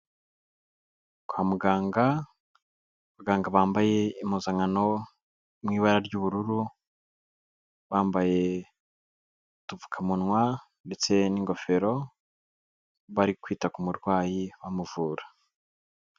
Kwa muganga, abaganga bambaye impuzankano mu ibara ry'ubururu, bambaye udupfukamunwa ndetse n'ingofero, bari kwita ku murwayi bamuvura.